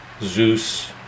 Zeus